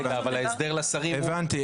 רגע, ההסדרים לשרים --- הבנתי.